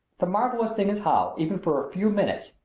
the marvelous thing is how, even for a few minutes,